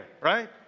right